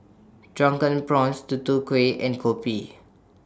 Drunken Prawns Tutu Kueh and Kopi